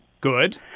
Good